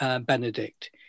Benedict